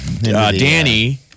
Danny